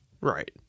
Right